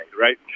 right